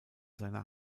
seiner